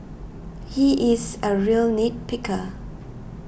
he is a real nit picker